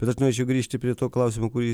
bet aš norėčiau grįžti prie to klausimo kurį